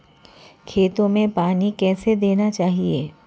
खेतों में पानी कैसे देना चाहिए?